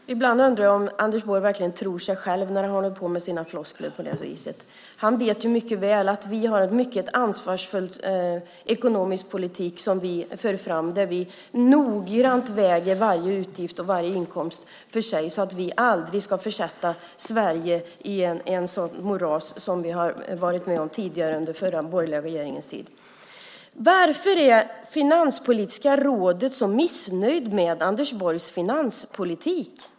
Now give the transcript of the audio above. Herr talman! Ibland undrar jag om Anders Borg verkligen tror sig själv när han håller på med sina floskler. Han vet mycket väl att vi har en mycket ansvarsfull ekonomisk politik där vi noggrant väger varje utgift och inkomst så att vi aldrig ska försätta Sverige i ett sådant moras som vi var med om under den förra borgerliga regeringens tid. Varför är Finanspolitiska rådet så missnöjt med Anders Borgs finanspolitik?